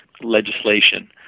legislation